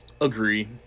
agree